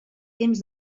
temps